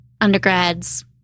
undergrads